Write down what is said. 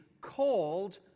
called